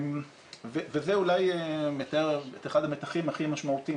זה אולי מתאר את אחד המתחים הכי משמעותיים,